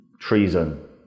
treason